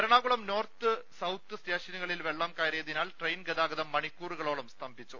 Ernakulam north south സ്റ്റേഷനുകളിൽ വെള്ളം കയറിയതിനാൽ ട്രയിൻ ഗതാഗതം മണിക്കൂറു കളോളം സ് തംഭിച്ചു